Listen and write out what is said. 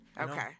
Okay